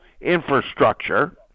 infrastructure